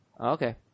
Okay